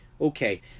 Okay